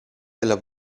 della